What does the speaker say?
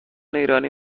ایرانی